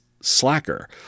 Slacker